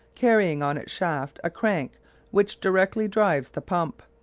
carrying on its shaft a crank which directly drives the pump.